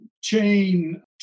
chain